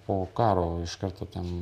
po karo iš karto ten